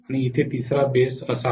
आणि इथे तिसरा बेस असा आहे